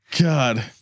God